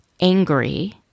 angry